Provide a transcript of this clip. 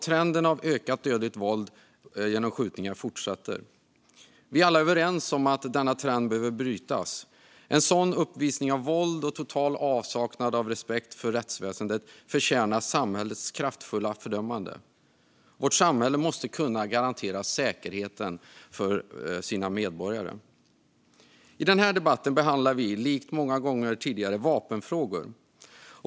Trenden med ökat dödligt våld genom skjutningar fortsätter. Vi är alla överens om att denna trend behöver brytas. En sådan uppvisning av våld och total avsaknad av respekt för rättsväsendet förtjänar samhällets kraftfulla fördömande. Vårt samhälle måste kunna garantera säkerheten för sina medborgare. I denna debatt behandlar vi, som så många gånger tidigare, vapenfrågor.